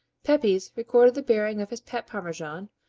pepys recorded the burying of his pet parmesan,